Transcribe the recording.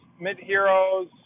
mid-heroes